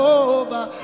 over